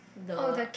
the